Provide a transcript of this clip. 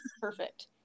perfect